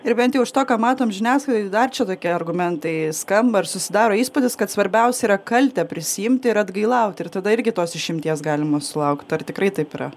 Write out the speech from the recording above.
ir bent jau iš to ką matom žiniasklaidoj dar čia tokie argumentai skamba ir susidaro įspūdis kad svarbiausia yra kaltę prisiimti ir atgailauti ir tada irgi tos išimties galima sulaukt ar tikrai taip yra